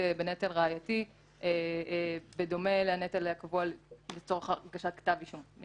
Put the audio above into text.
בנטל ראייתי בדומה לנטל הקבוע לצורך הגשת כתב אישום.